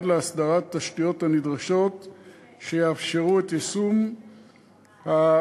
עד להסדרת התשתיות הנדרשות שיאפשרו את יישום הפיקוח.